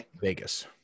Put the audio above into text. Vegas